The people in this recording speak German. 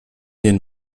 den